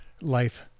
life